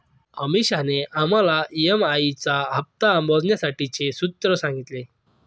अमीषाने आम्हाला ई.एम.आई चा हप्ता मोजण्यासाठीचे सूत्र सांगितले